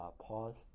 pause